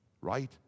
right